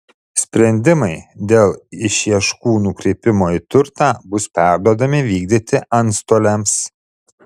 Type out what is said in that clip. sprendimai dėl išieškų nukreipimo į turtą bus perduodami vykdyti antstoliams